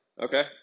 Okay